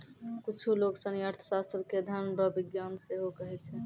कुच्छु लोग सनी अर्थशास्त्र के धन रो विज्ञान सेहो कहै छै